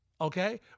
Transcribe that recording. okay